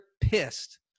pissed